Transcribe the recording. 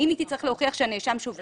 האם היא תצטרך להוכיח שהנאשם ---.